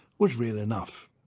was real enough.